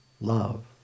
love